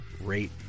rate